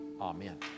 Amen